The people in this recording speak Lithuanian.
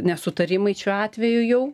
nesutarimai šiuo atveju jau